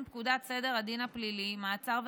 פקודת סדר הדין הפלילי (מעצר וחיפוש)